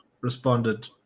responded